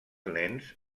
nens